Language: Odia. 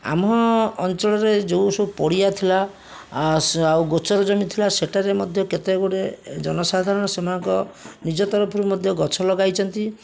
ଆମ ଅଞ୍ଚଳରେ ଯେଉଁସବୁ ପଡ଼ିଆ ଥିଲା ଆ ସେ ଆଉ ଗୋଚର ଜମି ଥିଲା ସେଇଟାରେ ମଧ୍ୟ କେତେଗୁଡ଼ିଏ ଜନସାଧାରଣ ସେମାନଙ୍କ ନିଜ ତରଫରୁ ମଧ୍ୟ ଗଛ ଲଗାଇଛନ୍ତି